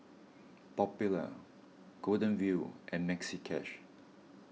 Popular Golden Wheel and Maxi Cash